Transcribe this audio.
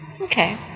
okay